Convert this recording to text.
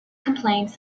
complaints